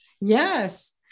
Yes